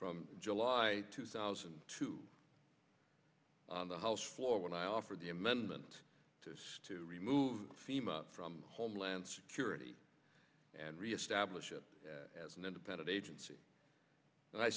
from july two thousand to the house floor when i offered the amendment to remove fema from homeland security and reestablish it as an independent agency and i